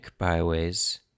Byways